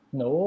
no